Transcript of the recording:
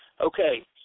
Okay